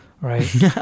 right